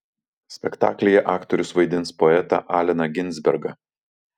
spektaklyje aktorius vaidins poetą alleną ginsbergą